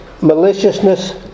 maliciousness